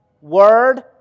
Word